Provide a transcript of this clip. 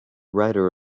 writer